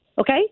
okay